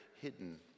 hidden